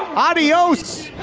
adios.